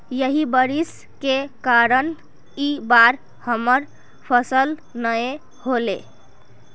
यही बारिश के कारण इ बार हमर फसल नय होले?